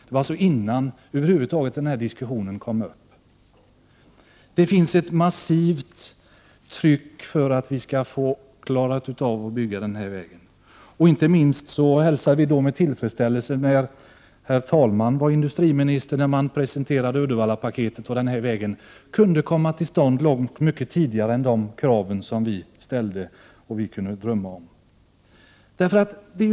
Det finns ett massivt tryck för att denna väg skall kunna byggas. Inte minst hälsade vi med tillfredsställelse när herr talmannen var industriminister, när Uddevallapaketet presenterades och denna väg kunde komma till stånd mycket tidigare än vi hade krävt och kunnat drömma om.